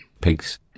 Pigs